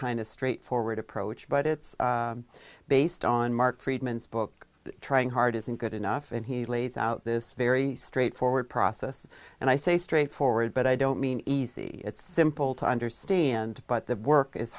kind of straightforward approach but it's based on mark friedman's book trying hard isn't good enough and he lays out this very straightforward process and i say straightforward but i don't mean easy it's simple to understand but the work is